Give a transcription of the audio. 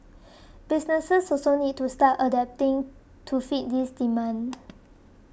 businesses also need to start adapting to fit this demand